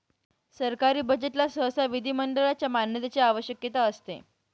सरकारी बजेटला सहसा विधिमंडळाच्या मान्यतेची आवश्यकता असते